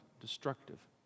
destructive